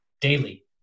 daily